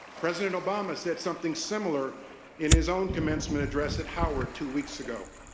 president obama said something similar in his own commencement address at howard two weeks ago.